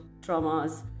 traumas